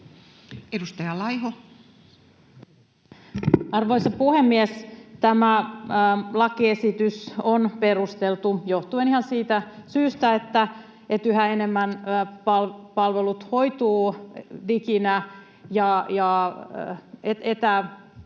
Content: Arvoisa puhemies! Tämä lakiesitys on perusteltu johtuen ihan siitä syystä, että yhä enemmän palvelut hoituvat diginä ja etäpalveluina,